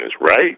right